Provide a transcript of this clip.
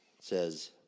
says